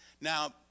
Now